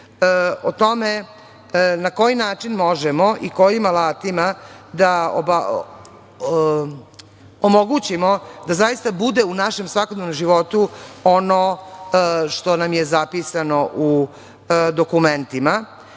o tome na koji način možemo i kojim alatima da omogućimo da bude u našem svakodnevnom životu ono što nam je zapisano u dokumentima.